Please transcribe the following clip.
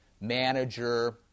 manager